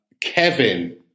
Kevin